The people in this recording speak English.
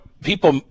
people